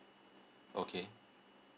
okay